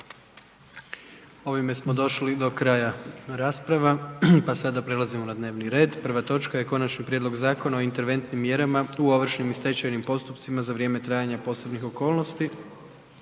nije dobio potreban broj glasova, 42 za, 77 protiv pa idemo na glasovanje, Konačni prijedlog zakona o interventnim mjerama u ovršnim i stečajnim postupcima za vrijeme trajanja posebnih okolnosti.